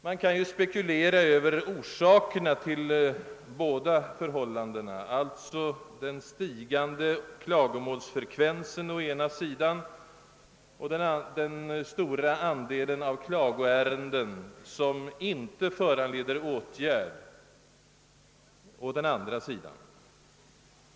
Man kan ju spekulera över orsakerna till båda förhållandena, alltså den stigande klagomålsfrekvensen å ena sidan och den stora andelen av klagoärenden som inte föranlett åtgärder å den andra.